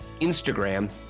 Instagram